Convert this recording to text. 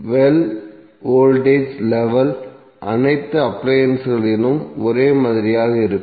well voltage level அனைத்து அப்லயன்ஸ்களிலும் ஒரே மாதிரியாக இருக்கும்